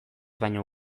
baino